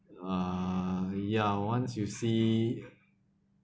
uh ya once you see